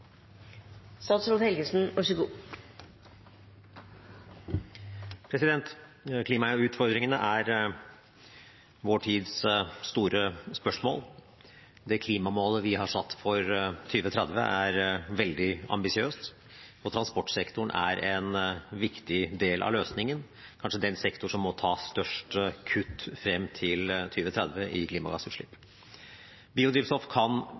Klimautfordringene er vår tids store spørsmål. Det klimamålet vi har satt for 2030, er veldig ambisiøst, og transportsektoren er en viktig del av løsningen, kanskje den sektoren som må ta størst kutt i klimagassutslipp frem til 2030. Biodrivstoff kan